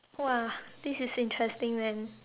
!wah! this is interesting man